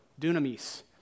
dunamis